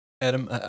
Adam